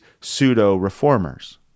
pseudo-reformers